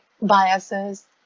biases